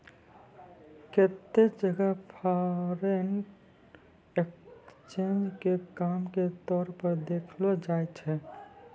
केत्तै जगह foreign exchange के काम के तौर पर देखलो जाय छै